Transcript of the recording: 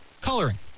coloring